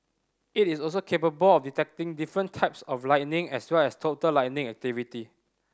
it is also capable of detecting different types of lightning as well as total lightning activity